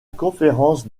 conférence